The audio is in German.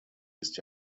ist